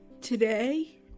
today